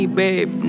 babe